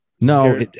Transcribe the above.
no